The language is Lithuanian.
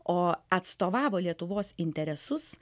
o atstovavo lietuvos interesus